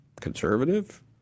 Conservative